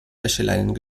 wäscheleinen